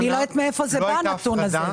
אני לא יודעת מאיפה בא הנתון הזה.